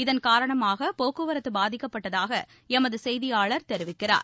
இதன் காரணமாக போக்குவரத்து பாதிக்கப்பட்டதாக எமது செய்தியாளர் தெரிவிக்கிறார்